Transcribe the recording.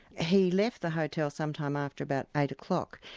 he left the hotel some time after about eight o'clock.